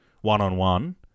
one-on-one